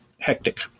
hectic